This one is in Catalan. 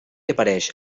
apareix